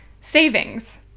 savings